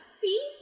see